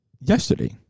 yesterday